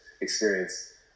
experience